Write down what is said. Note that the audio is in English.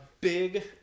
big